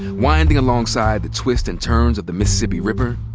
winding alongside the twist and turns of the mississippi river,